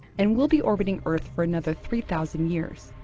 and will be orbiting earth for another three thousand years.